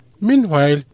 Meanwhile